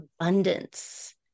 abundance